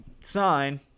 sign